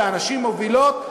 והנשים מובילות,